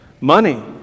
Money